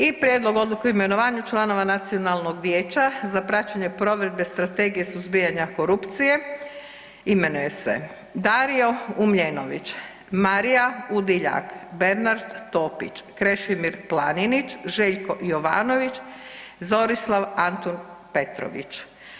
I prijedlog odluke o imenovanju članova Nacionalnog vijeća za praćenje provedbe Strategije suzbijanja korupcije imenuje se Dario Umljenović, Marija Udiljak, Bernard Topić, Krešimir Planinić, Željko Jovanović, Zorislav Antun Petrović.